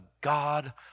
God